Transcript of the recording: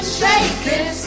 shaking